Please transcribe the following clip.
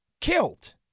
killed